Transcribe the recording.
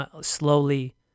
slowly